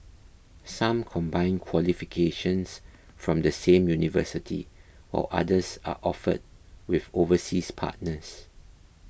some combine qualifications from the same university or others are offered with overseas partners